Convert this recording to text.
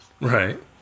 Right